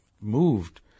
moved